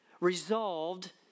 resolved